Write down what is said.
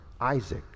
Isaac